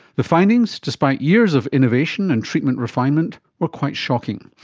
the findings, despite years of innovation and treatment refinement, were quite shocking.